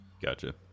gotcha